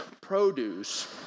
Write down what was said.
produce